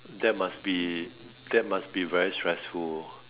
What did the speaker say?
that must be that must be very stressful